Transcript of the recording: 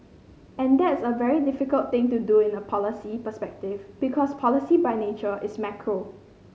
and that's a very difficult thing to do in a policy perspective because policy by nature is macro